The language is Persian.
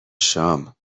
شام